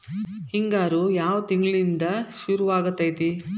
ಹಿಂಗಾರು ಯಾವ ತಿಂಗಳಿನಿಂದ ಶುರುವಾಗತೈತಿ?